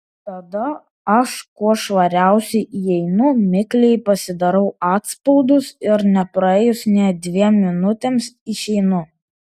tada aš kuo švariausiai įeinu mikliai pasidarau atspaudus ir nepraėjus nė dviem minutėms išeinu